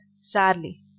sadly